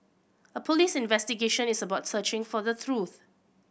a police investigation is about searching for the truth